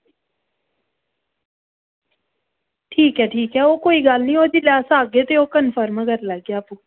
ठीक ऐ ठीक ऐ ओह् कोई गल्ल निं जिसलै अस आक्खगे ते कंफर्म करी लैगे आपूं